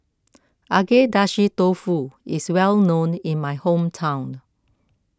Agedashi Dofu is well known in my hometown